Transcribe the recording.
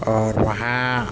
اور وہاں